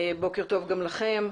בוקר טיוב גם לכם.